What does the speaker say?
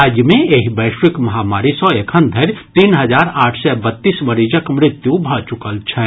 राज्य मे एहि वैश्विक महामारी सँ एखन धरि तीन हजार आठ सय बत्तीस मरीजक मृत्यु भऽ चुकल छनि